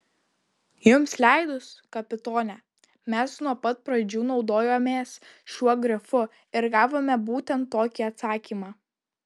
jums leidus kapitone mes nuo pat pradžių naudojomės šiuo grifu ir gavome būtent tokį atsakymą